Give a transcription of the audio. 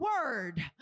word